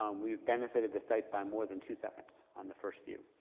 um we've benefited the site by more than two seconds on the first view.